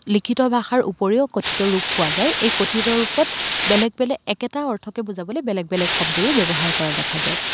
লিখিত ভাষাৰ উপৰিও কথিত ৰূপ পোৱা যায় এই কথিত ৰূপত বেলেগ বেলেগ একেটা অৰ্থকে বুজাবলৈ বেলেগ বেলেগ শব্দৰো ব্যৱহাৰ কৰা দেখা যায়